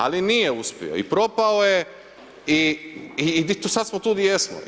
Ali nije uspio i propao je i sada smo tu gdje jesmo.